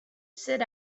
sit